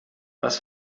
was